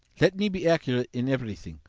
let me be accurate in everything,